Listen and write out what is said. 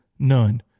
None